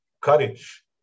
courage